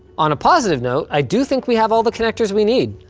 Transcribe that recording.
on a positive note, i do think we have all the connectors we need.